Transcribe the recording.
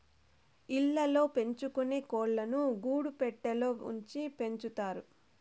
ఇళ్ళ ల్లో పెంచుకొనే కోళ్ళను గూడు పెట్టలో ఉంచి పెంచుతారు